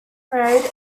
married